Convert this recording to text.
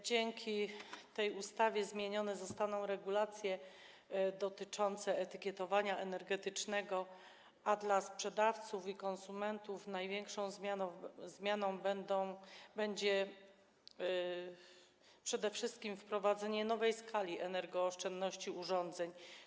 Dzięki tej ustawie zmienione zostaną regulacje dotyczące etykietowania energetycznego, a dla sprzedawców i konsumentów największą zmianą będzie przede wszystkim wprowadzenie nowej skali energooszczędności urządzeń.